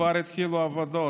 כבר התחילו העבודות.